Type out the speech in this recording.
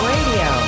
Radio